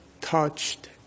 touched